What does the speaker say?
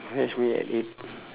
fetch me at eight